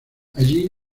allí